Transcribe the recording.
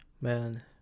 Man